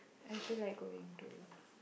I feel like going to